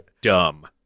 dumb